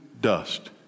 dust